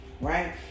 right